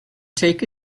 take